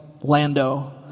Lando